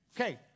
Okay